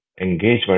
engagement